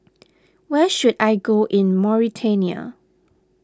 where should I go in Mauritania